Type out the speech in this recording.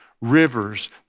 Rivers